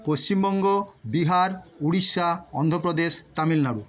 Paschimbanga Bihar Orissa Andhra Pradesh Tamil Nadu